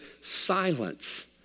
silence